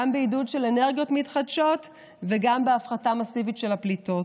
גם בעידוד של אנרגיות מתחדשות וגם בהפחתה מסיבית של הפליטות.